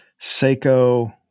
Seiko